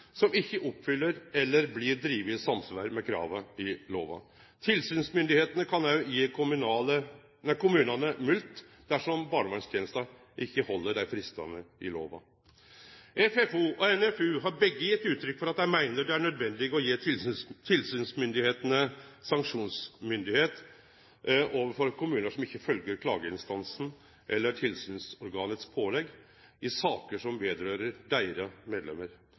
som ikkje oppfyller eller blir driven i samsvar med krava i lova. Tilsynsmyndigheitene kan òg gje kommunane mulkt dersom barnevernstenesta ikkje held fristane i lova. FFO og NFU har begge gjeve uttrykk for at dei meiner det er nødvendig å gje tilsynsmyndigheitene sanksjonsmyndigheit overfor kommunar som ikkje følgjer klageinstansens eller tilsynsorganets pålegg i saker som gjeld deira